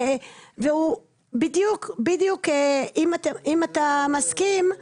אם אתה מסכים,